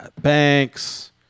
banks